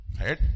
Right